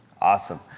Awesome